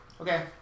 Okay